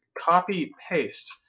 copy-paste